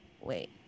wait